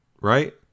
Right